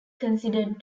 considered